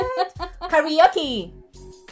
Karaoke